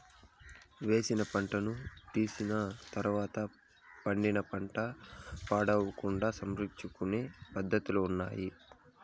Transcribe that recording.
వేసిన పంటను తీసివేసిన తర్వాత పండిన పంట పాడవకుండా సంరక్షించుకొనే పద్ధతులున్నాయి